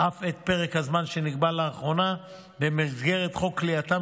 אף את פרק הזמן שנקבע לאחרונה במסגרת חוק כליאתם